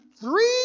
three